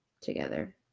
together